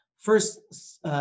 First